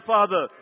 Father